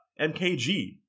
MKG